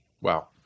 Wow